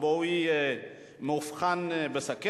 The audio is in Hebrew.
משרד הבריאות, בהיותו ער למגפת ההשמנה והסוכרת,